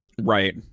Right